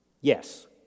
Yes